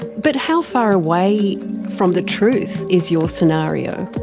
but how far away from the truth is your scenario?